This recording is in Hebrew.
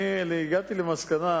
הגעתי למסקנה